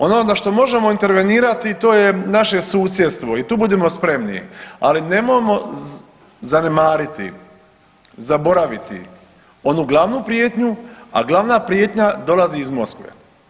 Ono na što možemo intervenirati, to je naše susjedstvo i tu budimo spremni, ali nemojmo zanemariti i zaboraviti onu glavnu prijetnju, a glavna prijetnja dolazi iz Moskve.